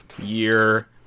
year